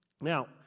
Now